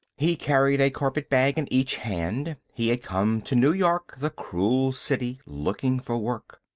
he carried a carpet-bag in each hand. he had come to new york, the cruel city, looking for work.